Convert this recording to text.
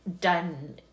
done